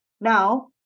Now